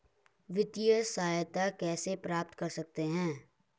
वित्तिय सहायता कैसे प्राप्त कर सकते हैं?